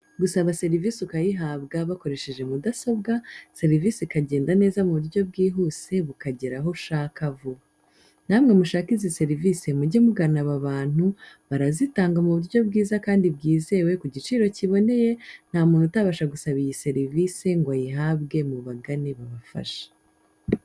Gusaba serivise ukayihabwa bakoresheje mudasobwa, serivise ikagenda neza mu buryo bwihuse bukagera aho ushaka vuba, namwe mushaka izi serivise mujye mugana aba bantu barazitanga mu buryo bwiza kandi bwizewe ku giciro kiboneye, nta muntu utabasha gusaba iyi serivise ngo ayihabwe mubagane babafashe.